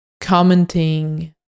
commenting